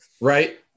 Right